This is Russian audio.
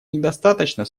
недостаточно